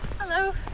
Hello